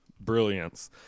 brilliance